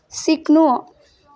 सिक्नु